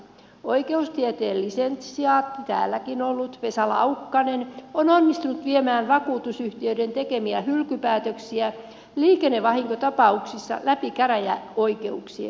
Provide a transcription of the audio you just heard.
oikeustieteen lisensiaatti täälläkin ollut vesa laukkanen on onnistunut viemään vakuutusyhtiöiden tekemiä hylkypäätöksiä liikennevahinkotapauksissa läpi käräjäoikeuksien kautta